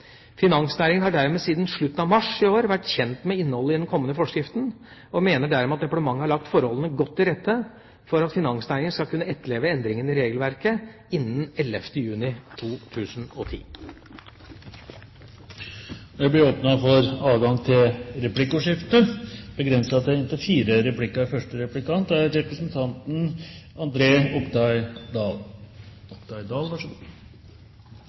Finansnæringen har dermed siden slutten av mars i år vært kjent med innholdet i den kommende forskriften. Jeg mener dermed at departementet har lagt forholdene godt til rette for at finansnæringen skal kunne etterleve endringene i regelverket innen 11. juni 2010. Det blir replikkordskifte. Dette er en veldig viktig lov, det er vi alle enige om. Desto viktigere er